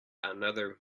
another